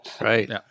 Right